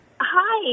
Hi